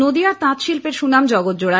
নদীয়ার তাঁত শিল্পের সুনাম জগৎেজাড়া